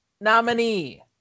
nominee